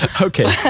Okay